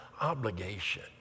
obligation